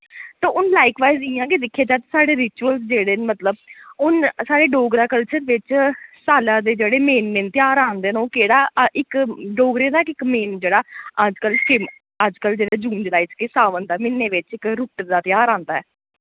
ते हुन लाइकवाइज इ'यां कि दिक्खेआ जा साढ़े रिचुअलस जेह्ड़े न मतलब हुन साढ़े डोगरा कल्चर विच साला दे जेह्ड़े मेन मेन त्योहार आंदे न ओह् केह्ड़ा इक डोगरें दा इक मेन जेह्ड़ा अजकल्ल किम अज कल्ल जेह्ड़े जून जुलाई च के सावन दा म्हीने विच इक रुट्ट दा त्योहार आंदा ऐ